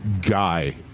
Guy